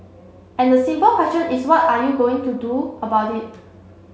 and the simple question is what are you going to do about it